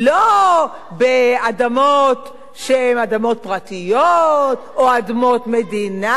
לא באדמות שהן אדמות פרטיות או אדמות מדינה.